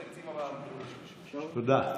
בתקציב, תודה.